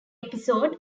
episode